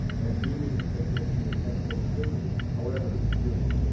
and deeming sickness with eccentricity, however extreme,